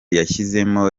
yashyizemo